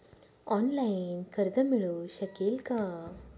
Online कर्ज मिळू शकेल का?